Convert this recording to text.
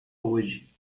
hoje